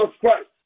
Christ